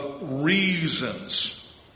reasons